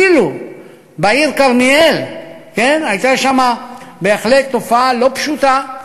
אפילו בעיר כרמיאל הייתה בהחלט תופעה לא פשוטה.